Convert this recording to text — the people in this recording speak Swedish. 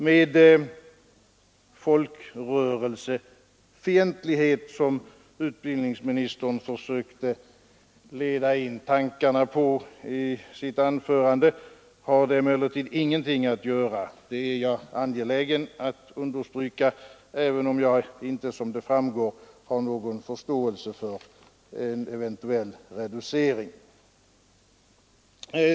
Med folkrörelsefientlighet, som utbildningsministern försökte leda tankarna till i sitt anförande, har det emellertid ingenting att göra. Det är jag angelägen att understryka, även om jag inte som det framgår har någon förståelse för en reducering av höjningen.